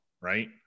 right